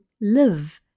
live